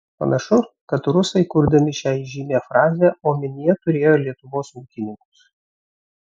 panašu kad rusai kurdami šią įžymią frazę omenyje turėjo lietuvos ūkininkus